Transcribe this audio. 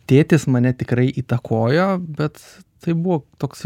tėtis mane tikrai įtakojo bet tai buvo toks